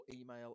email